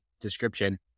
description